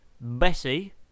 bessie